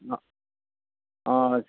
না আজ